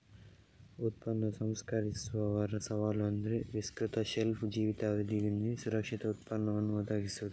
ಉತ್ಪನ್ನ ಸಂಸ್ಕರಿಸುವವರ ಸವಾಲು ಅಂದ್ರೆ ವಿಸ್ತೃತ ಶೆಲ್ಫ್ ಜೀವಿತಾವಧಿಯೊಂದಿಗೆ ಸುರಕ್ಷಿತ ಉತ್ಪನ್ನವನ್ನ ಒದಗಿಸುದು